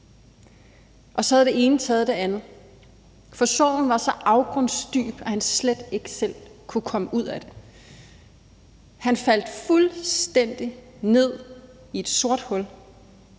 og så havde det ene taget det andet. For sorgen var så afgrundsdyb, at han slet ikke selv kunne komme ud af det. Han faldt fuldstændig ned i et sort hul;